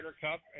Cup